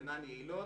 אינן יעילות,